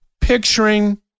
picturing